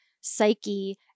psyche